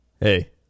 Hey